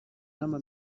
n’ama